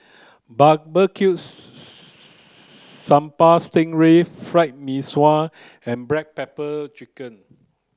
barbecue sambal sting ray fried Mee Sua and black pepper chicken